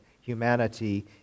humanity